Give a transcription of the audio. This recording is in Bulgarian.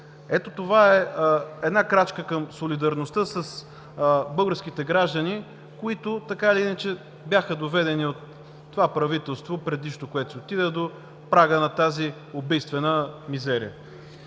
Ето това е една крачка към солидарността с българските граждани, които така или иначе бяха доведени от това правителство – предишното, което се отиде, до прага на тази убийствена мизерия.